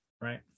right